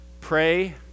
pray